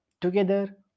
together